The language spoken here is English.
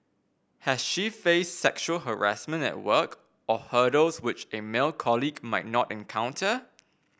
has she faced sexual harassment at work or hurdles which a male colleague might not encounter